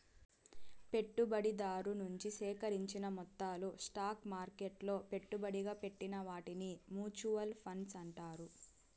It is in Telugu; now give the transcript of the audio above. పెట్టుబడిదారు నుంచి సేకరించిన మొత్తాలు స్టాక్ మార్కెట్లలో పెట్టుబడిగా పెట్టిన వాటిని మూచువాల్ ఫండ్స్ అంటారు